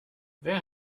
wer